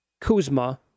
Kuzma